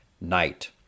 night